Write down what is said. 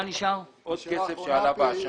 עוד כסף שעלה בעשן.